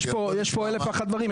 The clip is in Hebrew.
יש פה אלף ואחד דברים.